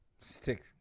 Stick